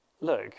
look